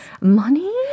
Money